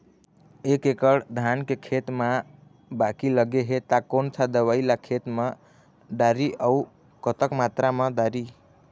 एक एकड़ धान के खेत मा बाकी लगे हे ता कोन सा दवई ला खेत मा डारी अऊ कतक मात्रा मा दारी?